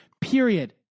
period